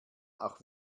auch